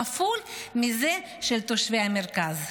כפול מזה של תושבי המרכז".